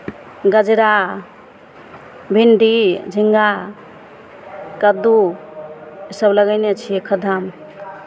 गजरा भिंडी झिङ्गा कददू इसभ लगयने छियै खद्धामे